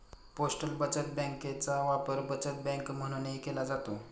postal बचत बँकेचा वापर बचत बँक म्हणूनही केला जातो